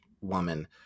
woman